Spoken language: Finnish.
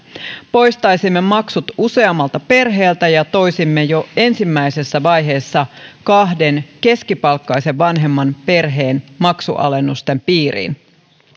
poistaisimme maksut useammalta perheeltä ja toisimme jo ensimmäisessä vaiheessa kahden keskipalkkaisen vanhemman perheen maksualennusten piiriin